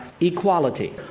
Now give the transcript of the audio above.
equality